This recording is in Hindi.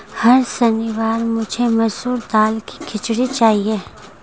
हर शनिवार मुझे मसूर दाल की खिचड़ी चाहिए